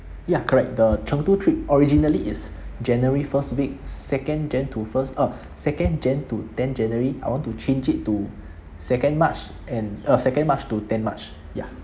ya correct the chengdu trip originally is january first week second jan~ to first uh second jan~ to ten january I want to change it to second march and uh second march to ten march ya